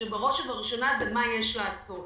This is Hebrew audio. כשבראש ובראשונה זה מה יש לעשות.